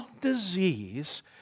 disease